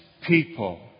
people